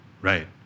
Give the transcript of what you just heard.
Right